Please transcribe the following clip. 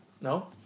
No